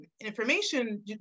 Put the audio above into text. information